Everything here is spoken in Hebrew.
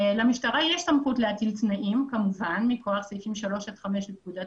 למשטרה יש סמכות להטיל תנאים מכוח סעיפים 3 עד 5 לפקודת